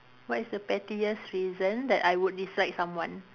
what is the pettiest reason that I would dislike someone